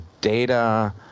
data